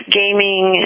gaming